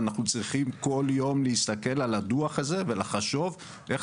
ואנחנו צריכים כל יום להסתכל על הדוח הזה ולחשוב איך